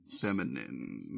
feminine